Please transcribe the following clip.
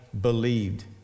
believed